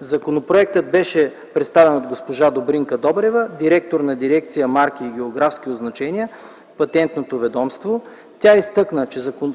Законопроектът беше представен от госпожа Добринка Добрева – директор на дирекция „Марки и географски означения” в Патентното ведомство. Тя изтъкна,